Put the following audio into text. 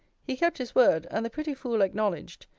he kept his word and the pretty fool acknowledged,